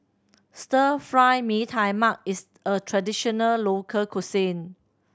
Stir Fry Mee Tai Mak is a traditional local cuisine